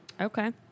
Okay